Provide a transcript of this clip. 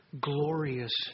glorious